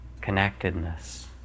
connectedness